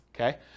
Okay